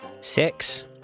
Six